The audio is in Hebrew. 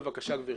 בבקשה גברתי.